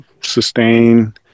Sustain